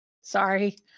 Sorry